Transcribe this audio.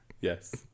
yes